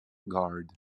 guard